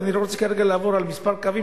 ואני לא רוצה לעבור על כמה קווים,